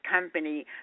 company